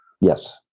yes